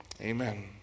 Amen